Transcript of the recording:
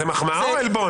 זאת מחמאה או עלבון?